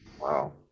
Wow